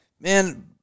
Man